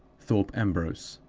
thorpe ambrose,